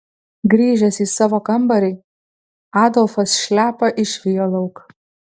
grįžęs į savo kambarį adolfas šliapą išvijo lauk